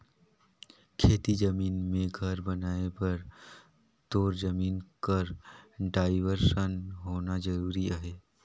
खेती जमीन मे घर बनाए बर तोर जमीन कर डाइवरसन होना जरूरी अहे